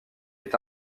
est